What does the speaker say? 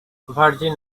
virgin